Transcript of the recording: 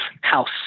house